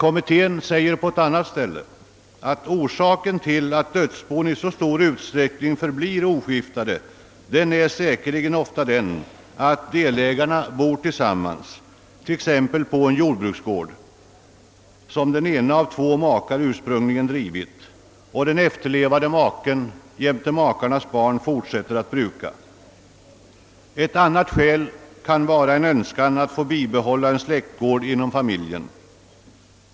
Kommittén yttrar på ett annat ställe att orsaken till att dödsbon i så stor utsträckning förblir oskiftade säkerligen ofta är den att delägarna bor tillsammans, t.ex. på en jordbruksgård som den ena av två makar ursprungligen drivit och den efterlevande maken jämte makarnas barn fortsätter att bruka. Ett annat skäl kan vara en önskan att bibehålla en släktgård inom famil jen.